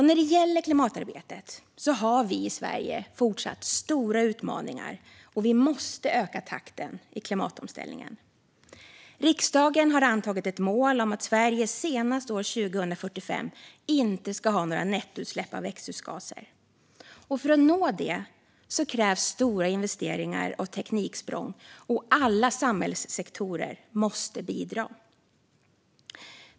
När det gäller klimatarbetet har vi i Sverige fortsatt stora utmaningar, och vi måste öka takten i klimatomställningen. Riksdagen har antagit ett mål om att Sverige senast år 2045 inte ska ha några nettoutsläpp av växthusgaser. För att nå dit krävs stora investeringar och tekniksprång. Alla samhällssektorer måste bidra.